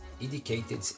indicated